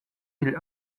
digl